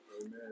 Amen